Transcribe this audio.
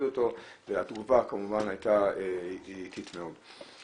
אותו והתגובה כמובן הייתה איטית מאוד.